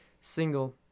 single